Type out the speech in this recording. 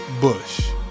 Bush